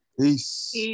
Peace